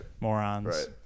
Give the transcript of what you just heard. Morons